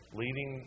leading